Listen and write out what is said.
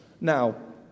Now